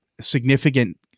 significant